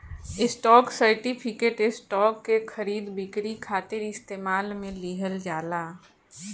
stock certificate, stock के खरीद बिक्री खातिर इस्तेमाल में लिहल जाला